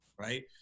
Right